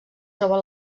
troba